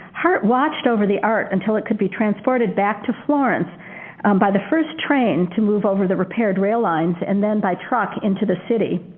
hartt watched over the art until it could be transported back to florence by the first train to move over the repaired rail lines and then by truck into the city.